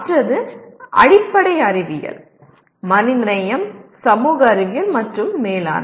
மற்றது அடிப்படை அறிவியல் மனிதநேயம் சமூக அறிவியல் மற்றும் மேலாண்மை